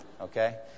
Okay